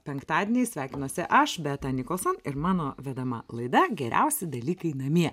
penktadieniais sveikinuosi aš beata nicholson ir mano vedama laida geriausi dalykai namie